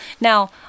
Now